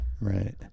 Right